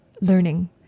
learning